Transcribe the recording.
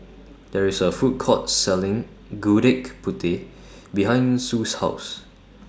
There IS A Food Court Selling Gudeg Putih behind Sue's House